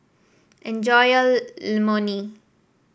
enjoy your Imoni